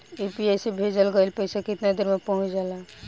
UPI से भेजल गईल पईसा कितना देर में पहुंच जाला?